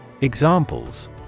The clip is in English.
Examples